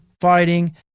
fighting